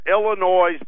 Illinois